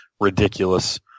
ridiculous